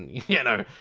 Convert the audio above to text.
you know.